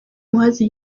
muhazi